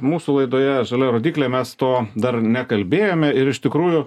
mūsų laidoje žalia rodyklė mes to dar nekalbėjome ir iš tikrųjų